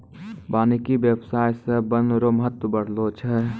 वानिकी व्याबसाय से वन रो महत्व बढ़लो छै